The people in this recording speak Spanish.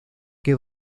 que